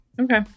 Okay